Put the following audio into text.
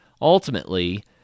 Ultimately